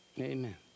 Amen